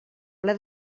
ple